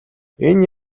энэ